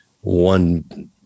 one